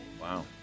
Wow